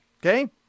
Okay